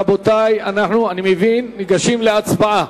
רבותי, אנחנו ניגשים להצבעה.